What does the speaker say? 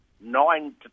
nine